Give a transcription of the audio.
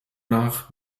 nach